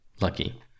lucky